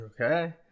Okay